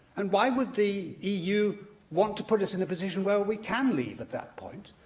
and why would the eu want to put us in a position where we can leave at that point?